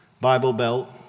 Bible-belt